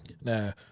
now